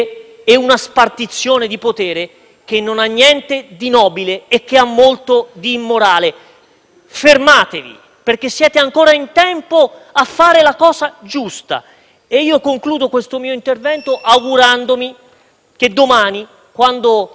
Fermatevi perché siete ancora in tempo a fare la cosa giusta. Termino il mio intervento augurandomi che domani, cari colleghi del MoVimento 5 Stelle (lo dico sempre tramite lei, Presidente) quando voterete,